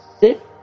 sit